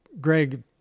greg